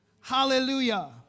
Hallelujah